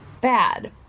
bad